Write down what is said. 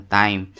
time